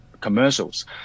commercials